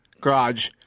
Garage